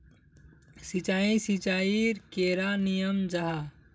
सिंचाई सिंचाईर कैडा नियम जाहा?